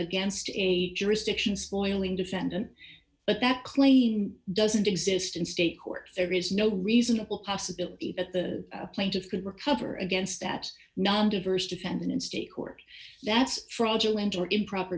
against a jurisdiction spoiling defendant but that clain doesn't exist in state court there is no reasonable possibility that the plaintiff could recover against that non diverse defendant in state court that's fraudulent or improper